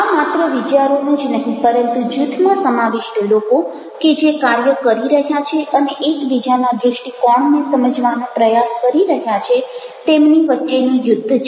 આ માત્ર વિચારોનું જ નહિ પરંતુ જૂથમાં સમાવિષ્ટ લોકો કે જે કાર્ય કરી રહ્યા છે અને એક બીજાના દૃષ્ટિકોણને સમજવાનો પ્રયાસ કરી રહ્યા છે તેમની વચ્ચેનું યુદ્ધ છે